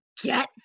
get